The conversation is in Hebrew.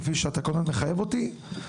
כפי שאתה כל פעם מחייב אותי,